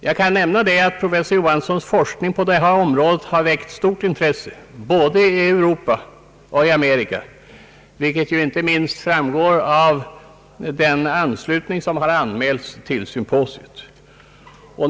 Jag kan nämna att professor Johanssons forskning på området har väckt stort intresse både i Europa och i Amerika, vilket inte minst framgår att den stora anslutningen till symposiet.